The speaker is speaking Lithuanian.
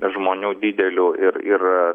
žmonių didelių ir ir aaa